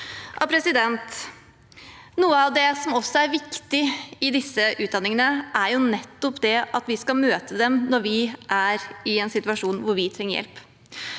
Noe av det som er viktig i disse utdanningene, er at vi møter dem når vi er i en situasjon hvor vi trenger hjelp.